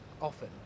often